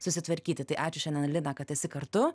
susitvarkyti tai ačiū šiandien lina kad esi kartu